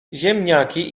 ziemniaki